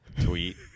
Tweet